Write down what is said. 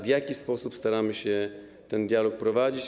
W jaki sposób staramy się ten dialog prowadzić?